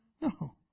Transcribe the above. No